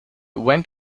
went